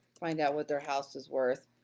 find out what their house is worth,